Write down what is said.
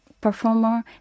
performer